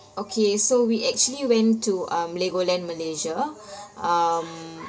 okay so we actually went to um legoland malaysia um